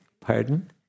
Pardon